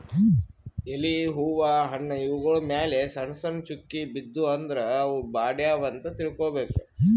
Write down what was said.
ಎಲಿ ಹೂವಾ ಹಣ್ಣ್ ಇವ್ಗೊಳ್ ಮ್ಯಾಲ್ ಸಣ್ಣ್ ಸಣ್ಣ್ ಚುಕ್ಕಿ ಬಿದ್ದೂ ಅಂದ್ರ ಅವ್ ಬಾಡ್ಯಾವ್ ಅಂತ್ ತಿಳ್ಕೊಬೇಕ್